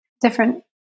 different